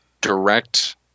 direct